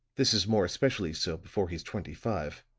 this is more especially so before he's twenty-five.